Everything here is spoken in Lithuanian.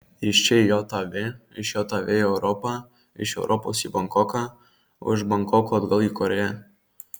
iš čia į jav iš jav į europą iš europos į bankoką o iš bankoko atgal į korėją